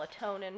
melatonin